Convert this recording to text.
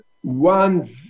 one